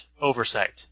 oversight